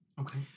Okay